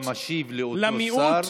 ברגע שחבר כנסת משיב לאותו שר,